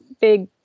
big